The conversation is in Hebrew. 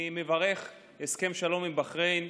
אני מברך על הסכם השלום עם בחריין.